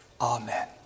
Amen